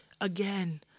Again